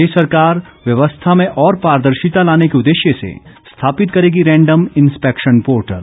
प्रदेश सरकार व्यवस्था में और पारदर्शिता लाने के उदेश्य से स्थापित करेगी रैंडम और इंस्पैक्शन पोर्टल